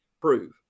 prove